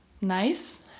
nice